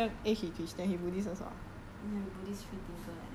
ya buddhist free thinker like that same as me ah